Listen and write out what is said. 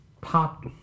pop